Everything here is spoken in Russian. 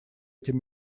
этим